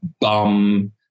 bum